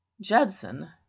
judson